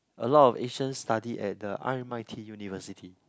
a lot of Asian study at the r_m_i_t University